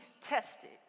tested